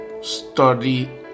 study